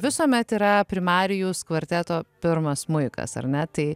visuomet yra primarijus kvarteto pirmas smuikas ar ne tai